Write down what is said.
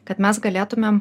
kad mes galėtumėm